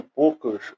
poucos